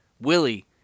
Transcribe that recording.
Willie